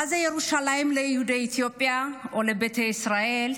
מה זה ירושלים ליהודי אתיופיה או לביתא ישראל?